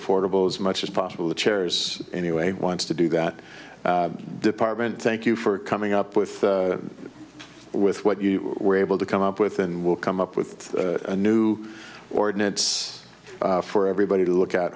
affordable as much as possible the chairs anyway want to do that department thank you for coming up with with what you were able to come up with and we'll come up with a new ordinance for everybody to look